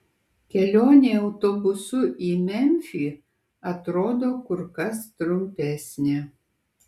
kelionė autobusu į memfį atrodo kur kas trumpesnė